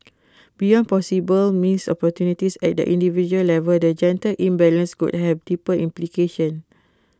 beyond possible missed opportunities at the individual level the gender imbalance could have deeper implications